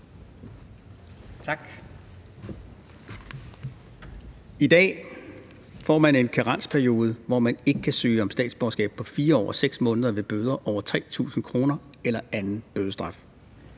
Tak. I dag får man en karensperiode, hvor man ikke kan søge om statsborgerskab, på 4 år og 6 måneder ved bøder over 3.000 kr. eller anden bødestraf.